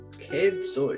kids